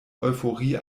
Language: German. euphorie